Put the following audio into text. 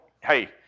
hey